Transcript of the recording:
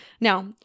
Now